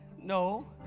No